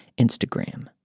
Instagram